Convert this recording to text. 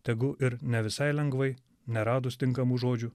tegu ir ne visai lengvai neradus tinkamų žodžių